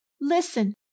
listen